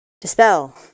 Dispel